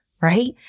right